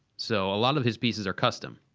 so, a lot of his pieces are custom.